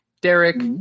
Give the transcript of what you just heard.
Derek